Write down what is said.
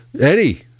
Eddie